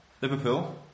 Liverpool